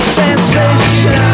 sensation